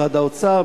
משרד האוצר,